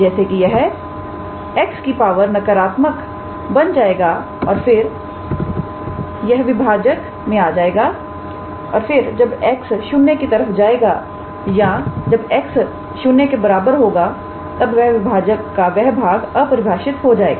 जैसे कि यह x की पावर नकारात्मक बन जाएगा और फिर यह विभाजक में आ जाएगा और फिर जब x 0 की तरफ जाएगा या जब 𝑥 0 होगा तब वह विभाजक का वह भाग अपरिभाषित हो जाएगा